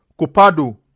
Copado